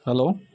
hello